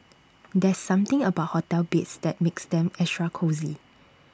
there's something about hotel beds that makes them extra cosy